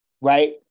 right